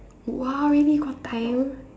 !wow! really got time